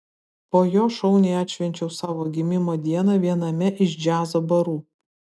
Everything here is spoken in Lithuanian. po jo šauniai atšvenčiau savo gimimo dieną viename iš džiazo barų